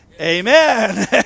Amen